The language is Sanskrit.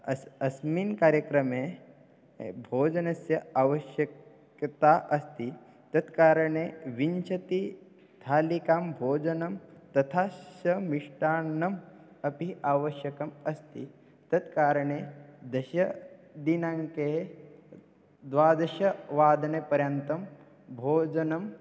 अस् अस्मिन् कार्यक्रमे भोजनस्य आवश्यकता अस्ति तत्कारणे विंशतिः स्थालिकां भोजनं तथा च मिष्ठान्नम् अपि आवश्यकम् अस्ति तत्कारणे दश दिनाङ्के द्वादश वादनपर्यन्तं भोजनम्